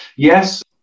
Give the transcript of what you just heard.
Yes